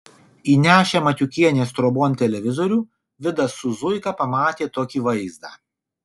įnešę matiukienės trobon televizorių vidas su zuika pamatė tokį vaizdą